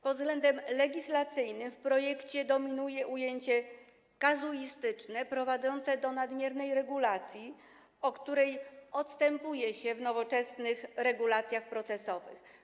Pod względem legislacyjnym w projekcie dominuje ujęcie kazuistyczne prowadzące do nadmiernej regulacji, od której odstępuje się w nowoczesnych regulacjach procesowych.